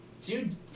Dude